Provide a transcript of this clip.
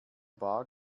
bar